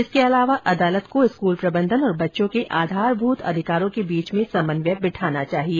इसके अलावा अदालत को स्कूल प्रबंधन और बच्चों के आधारभूत अधिकारों के बीच में समन्वय बिठाना चाहिए